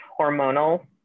hormonal